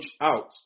out